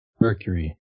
Mercury